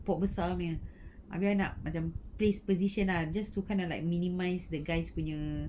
pot besar punya habis I nak macam place position ah just to kind of like minimise the guys punya